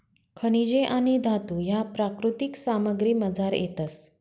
खनिजे आणि धातू ह्या प्राकृतिक सामग्रीमझार येतस